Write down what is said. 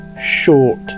short